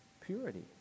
purity